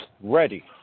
ready